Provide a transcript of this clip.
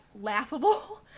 laughable